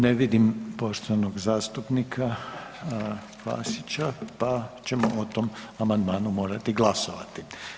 Ne vidim poštovanog zastupnika Klasića, pa ćemo o tom amandmanu morati glasovati.